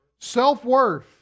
Self-worth